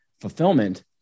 fulfillment